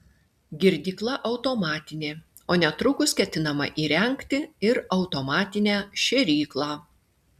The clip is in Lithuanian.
girdykla automatinė o netrukus ketinama įrengti ir automatinę šėryklą